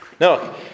No